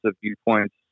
viewpoints